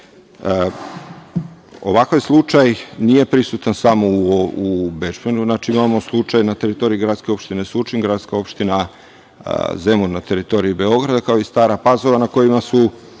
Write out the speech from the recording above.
slučaj nije prisutan samo u Bečmenu. Imamo slučaj na teritoriji gradske opštine Surčina, gradska opština Zemun, na teritoriji Beograda, kao i Stara Pazova na kojima su